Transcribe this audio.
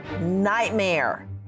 nightmare